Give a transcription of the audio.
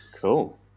Cool